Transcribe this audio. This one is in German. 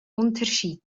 unterschied